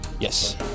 Yes